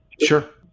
Sure